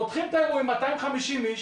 פותחים את האירועים 250 איש,